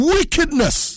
Wickedness